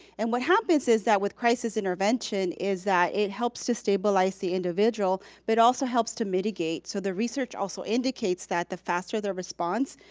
and what happens is that with crisis intervention is that it helps to stabilize the individual but also helps to mitigate. so the research also indicates that the faster their response,